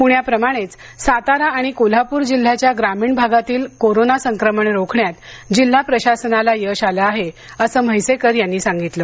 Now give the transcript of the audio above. पुण्याप्रमाणेच सातारा आणि कोल्हापूर जिल्ह्याच्या ग्रामीण भागातलं कोरोना संक्रमण रोखण्यात जिल्हा प्रशासनाला यश आलं आहे असं म्हैसेकर यांनी सांगितलं